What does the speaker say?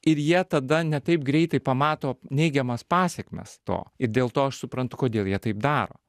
ir jie tada ne taip greitai pamato neigiamas pasekmes to ir dėl to aš suprantu kodėl jie taip daro